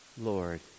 Lord